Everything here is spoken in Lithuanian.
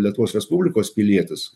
lietuvos respublikos pilietis